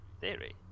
theory